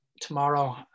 tomorrow